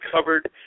covered